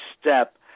step